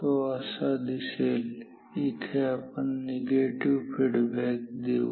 तो असा दिसेल इथे आपण निगेटिव फीडबॅक देऊ